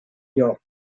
york